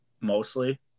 mostly